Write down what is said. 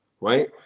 right